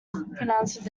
pronounced